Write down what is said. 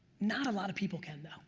not a lot of people can,